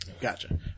Gotcha